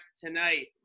tonight